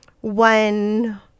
One